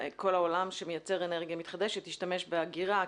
כל העולם שמייצר אנרגיה מתחדשת משתמש באגירה.